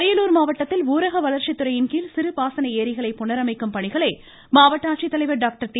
அரியலூர் மாவட்டத்தில் ஊரக வளர்ச்சித் துறையின்கீழ் சிறுபாசன ஏரிகளை புனரமைக்கும் பணிகளை மாவட்ட ஆட்சித்தலைவர் டாக்டர் டி